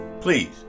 please